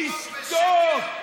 תשתוק,